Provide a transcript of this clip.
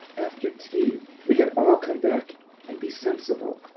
after tea, we can all come back and be sensible.